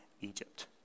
Egypt